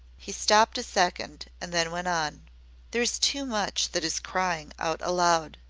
he stopped a second, and then went on there is too much that is crying out aloud.